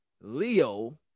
Leo